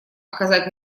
оказать